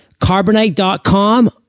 Carbonite.com